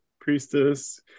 Priestess